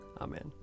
Amen